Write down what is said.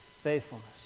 Faithfulness